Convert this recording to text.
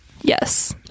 Yes